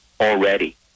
already